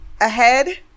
ahead